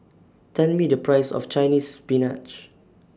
Tell Me The Price of Chinese Spinach